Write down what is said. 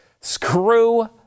Screw